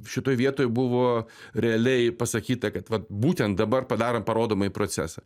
šitoj vietoj buvo realiai pasakyta kad vat būtent dabar padarom parodomąjį procesą